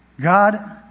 God